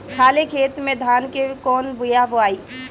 खाले खेत में धान के कौन बीया बोआई?